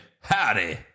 Howdy